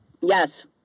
Yes